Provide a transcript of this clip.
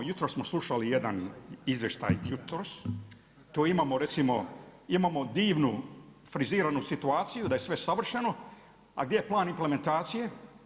Jutros smo slušali jedan izvještaj, tu imamo recimo divnu friziranu situaciju da je sve savršeno a gdje je plan implementacije?